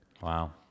Wow